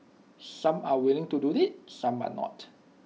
some are willing to do IT some are not